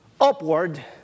upward